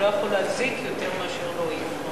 הוא לא יכול להזיק יותר מאשר להועיל.